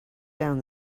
down